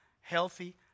healthy